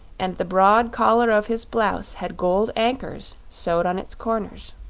and the broad collar of his blouse had gold anchors sewed on its corners.